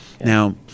Now